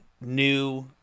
new